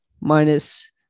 minus